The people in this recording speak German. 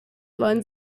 wollen